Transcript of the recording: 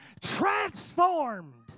transformed